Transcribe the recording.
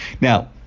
now